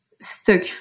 stuck